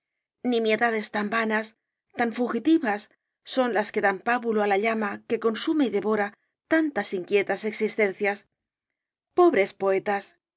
espacio nimiedades tan vanas tan fugitivas son las que dan pábulo á la llama que consume y devora tantas inquietas existencias pobres poetas